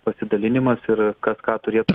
pasidalinimas ir kad ką turėtų